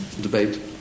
debate